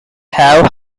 have